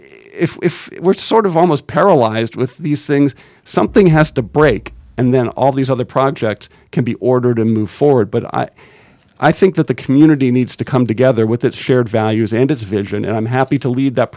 if we're sort of almost paralyzed with these things something has to break and then all these other projects can be ordered to move forward but i i think that the community needs to come together with that shared values and it's vision and i'm happy to lead that